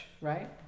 right